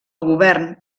govern